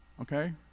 okay